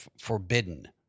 forbidden